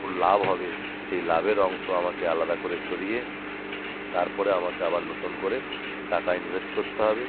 লাভ হবে সেই লাভের অংশ আমাকে আলাদা করে সরিয়ে তারপরে আমাকে আবার নতুন করে টাকা ইনভেস্ট করতে হবে